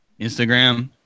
instagram